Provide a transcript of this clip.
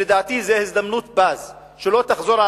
לדעתי, זו הזדמנות פז שלא תחזור: